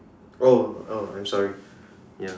oh oh I'm sorry ya